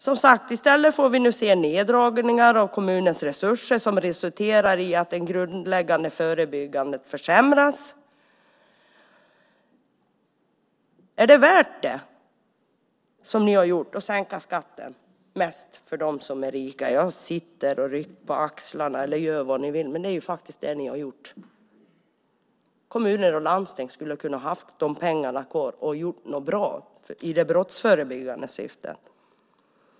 I stället får vi se neddragningar av kommunens resurser vilket resulterar i att det grundläggande förebyggandet försämras. Är det värt det att sänka skatten mest för dem som är rikast? Det är faktiskt det ni har gjort. Kommuner och landsting hade kunnat ha de pengarna kvar och gjort något bra i brottsförebyggande syfte.